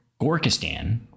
Gorkistan